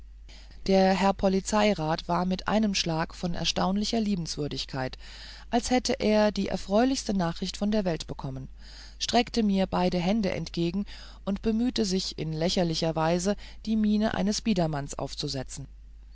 der herr polizeirat war mit einem schlag von erstaunlicher liebenswürdigkeit als hätte er die erfreulichste nachricht von der welt bekommen streckte mir beide hände entgegen und bemühte sich in lächerlicher weise die miene eines biedermannes aufzusetzen